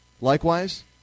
Likewise